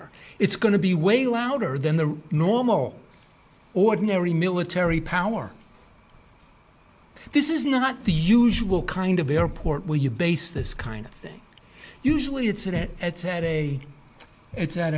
er it's going to be way louder than the normal ordinary military power this is not the usual kind of airport where you base this kind of thing usually it's i